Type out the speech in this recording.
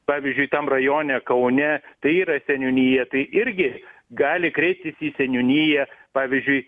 pavyzdžiui tam rajone kaune tai yra seniūnija tai irgi gali kreiptis į seniūniją pavyzdžiui